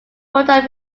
product